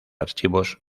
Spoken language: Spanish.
archivos